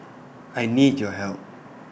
I need your help